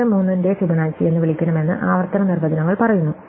4 3 ന്റെ ഫിബൊനാച്ചി എന്ന് വിളിക്കണമെന്ന് ആവർത്തന നിർവചനങ്ങൾ പറയുന്നു